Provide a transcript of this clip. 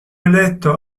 eletto